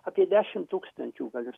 apie dešimt tūkstančių galiu